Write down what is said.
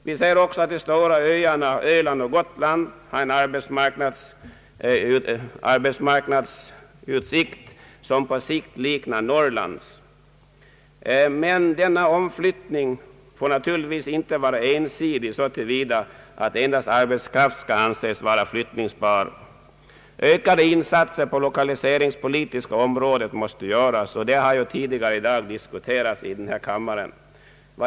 Vi ser också att de stora öarna Öland och Gotland har en arbetsmarknadssituation som på sikt kommer att likna Norrlands. Men denna omflyttning får naturligtvis inte vara ensidig så till vida att endast arbetskraft skall anses vara flyttningsbar. Ökade insatser på det lokaliseringspolitiska området måste göras. Detta har ju tidigare i dag diskuterats i denna kammare.